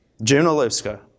Junaluska